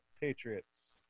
Patriots